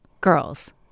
girls